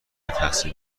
تصمیم